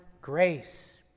grace